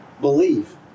believe